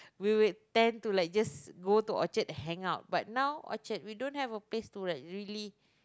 we will tend to like just go to Orchard hang out but now Orchard we don't have a place to like really